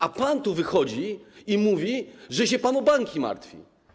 A pan tu wychodzi i mówi, że się pan o banki martwi.